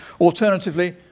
Alternatively